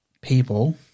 people